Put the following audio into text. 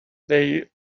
they